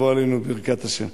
ותבוא עלינו ברכת השם.